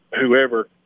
whoever